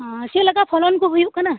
ᱪᱮᱫ ᱞᱮᱠᱟ ᱯᱷᱚᱞᱚᱱ ᱠᱚ ᱦᱩᱭᱩᱜ ᱠᱟᱱᱟ